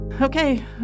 Okay